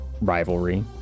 rivalry